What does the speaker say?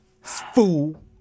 Fool